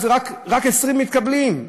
רק 20 מתקבלים.